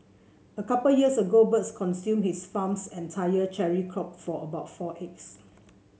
a couple years ago birds consumed his farm's entire cherry crop for about four acres